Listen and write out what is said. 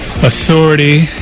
Authority